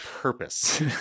purpose